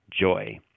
joy